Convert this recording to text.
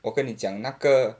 我跟你讲那个